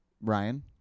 Ryan